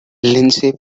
lindsey